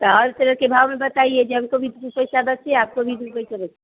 तो हालसेल के भाव में बताइए जो हमको भी दो पैसा बचे आपको भी दो पैसा बचे